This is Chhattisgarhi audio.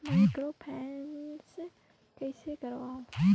माइक्रोफाइनेंस कइसे करव?